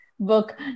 book